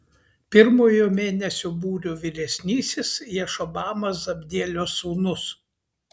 pirmojo mėnesio būrio vyresnysis jašobamas zabdielio sūnus